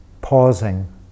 pausing